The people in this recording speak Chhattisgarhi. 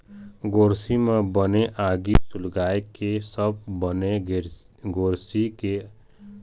गोरसी म बने आगी सुलगाके सब बने गोरसी के आवर भावर बइठ के बने आगी तापे के मजा ल लेथे